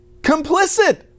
complicit